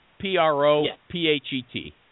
P-R-O-P-H-E-T